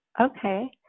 Okay